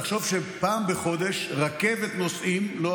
תחשוב שפעם בחודש רכבת נוסעים נעלמת,